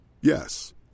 Yes